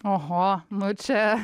oho nu čia